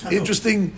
interesting